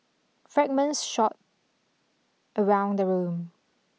fragments shot around the room